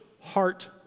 heart